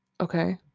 Okay